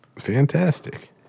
Fantastic